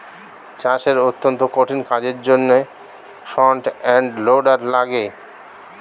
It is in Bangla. চাষের অত্যন্ত কঠিন কাজের জন্যে ফ্রন্ট এন্ড লোডার লাগে